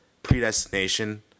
predestination